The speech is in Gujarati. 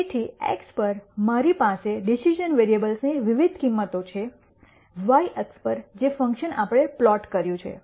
તેથી x પર મારી પાસે ડિસિશ઼ન વેરીએબલ્સની વિવિધ કિંમતો છે y અક્ષ પર જે ફંકશન આપણે પ્લોટ કર્યું છે